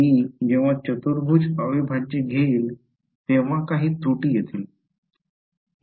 मी जेव्हा चतुर्भुज अविभाज्य घेईल तेव्हा काही त्रुटी येतील